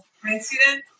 president